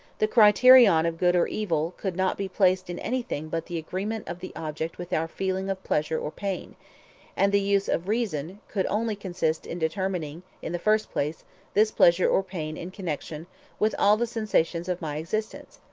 the criterion of good or evil could not be placed in anything but the agreement of the object with our feeling of pleasure or pain and the use of reason could only consist in determining in the first place this pleasure or pain in connexion with all the sensations of my existence,